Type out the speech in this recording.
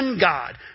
God